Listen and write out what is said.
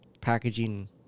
packaging